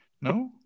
no